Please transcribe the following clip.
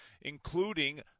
including